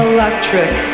Electric